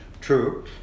True